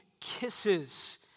kisses